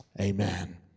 Amen